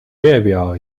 列表